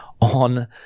on